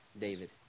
David